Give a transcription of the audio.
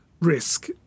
risk